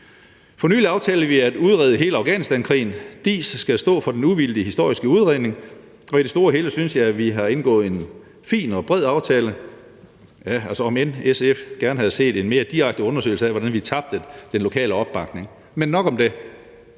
For nylig aftalte vi at udrede hele Afghanistankrigen. DIIS skal stå for den uvildige historiske udredning. Og i det store hele synes jeg, at vi har indgået en fin og bred aftale, om end SF gerne havde set en mere direkte undersøgelse af, hvordan vi mistede den lokale opbakning, men nok om det.